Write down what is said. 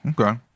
okay